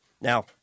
Now –